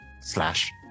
slash